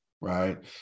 right